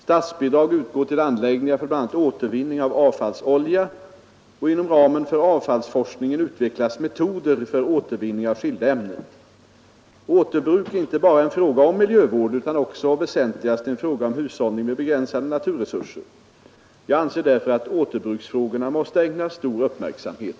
Statsbidrag utgår till anläggningar för bl.a. återvinning av avfallsolja. Inom ramen för avfallsforskningen utvecklas metoder för återvinning av skilda ämnen. Återbruk är inte bara en fråga om miljövård utan också och väsentligast en fråga om hushållning med begränsade naturresurser. Jag anser därför att återbruksfrågorna måste ägnas stor uppmärksamhet.